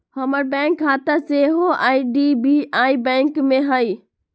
हमर बैंक खता सेहो आई.डी.बी.आई बैंक में हइ